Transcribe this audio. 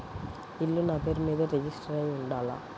ఇల్లు నాపేరు మీదే రిజిస్టర్ అయ్యి ఉండాల?